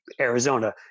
Arizona